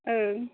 ओ